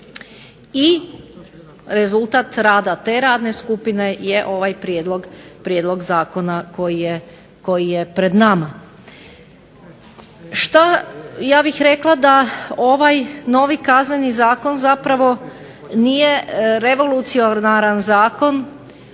i rezultat rada te radne skupine je ovaj Prijedlog zakona koji je pred nama. Što ja bih rekla da ovaj novi Kazneni zakon zapravo nije revolucionaran Zakon